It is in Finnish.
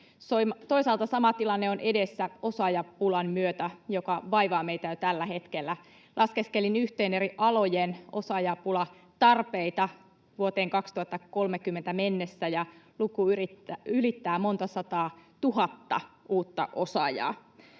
Toisaalta sama tilanne on edessä osaajapulan myötä, joka vaivaa meitä jo tällä hetkellä. Laskeskelin yhteen eri alojen osaajapulatarpeita vuoteen 2030 mennessä, ja luku ylittää monta sataatuhatta uutta osaajaa.